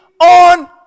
on